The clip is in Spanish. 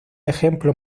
ejemplo